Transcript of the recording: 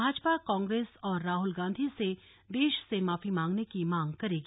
Bhajpa Congress और राहुल गांधी से देश से माफी मांगने की मांग करेगी